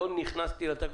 עוד לא נכנסתי לזה,